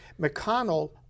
McConnell